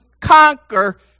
conquer